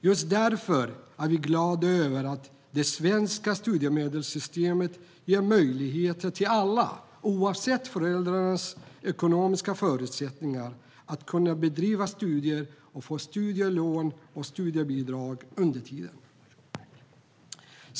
Just därför är vi glada över att det svenska studiemedelssystemet ger möjligheter till alla, oavsett föräldrarnas ekonomiska förutsättningar, att bedriva studier och få studielån och studiebidrag under tiden.